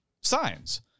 Signs